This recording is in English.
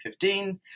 2015